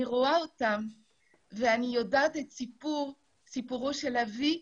רואה אותן ואני יודעת את סיפורו של אבי,